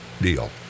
deal